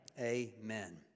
amen